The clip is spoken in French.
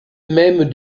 même